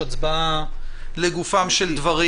הצבעה לגופם של דברים.